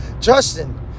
Justin